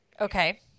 Okay